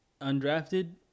undrafted